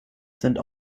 sind